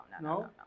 no